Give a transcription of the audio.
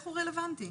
הוא רלוונטי?